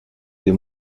des